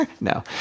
no